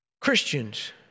Christians